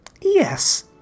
yes